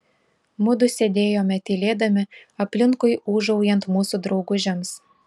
mudu sėdėjome tylėdami aplinkui ūžaujant mūsų draugužiams